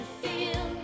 feel